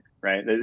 right